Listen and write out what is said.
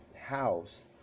house